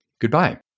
Goodbye